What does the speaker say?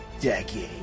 decade